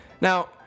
Now